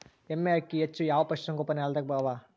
ಎಮ್ಮೆ ಅಕ್ಕಿ ಹೆಚ್ಚು ಯಾವ ಪಶುಸಂಗೋಪನಾಲಯದಾಗ ಅವಾ?